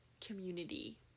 community